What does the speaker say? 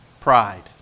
Pride